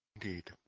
Indeed